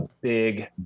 Big